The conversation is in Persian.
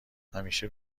همیشه